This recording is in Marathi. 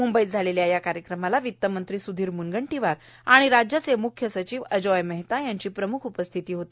म्ंबईत झालेल्या कार्यक्रमाला वित्तमंत्री सुधीर मुनगंटीवार आणि राज्याचे मुख्यसचिव अजोय मेहता यांची प्रमुख उपस्थिती होती